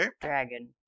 dragon